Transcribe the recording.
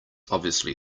obviously